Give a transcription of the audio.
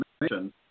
information